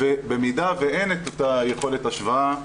ובמידה ואין את אותה יכולת השוואה,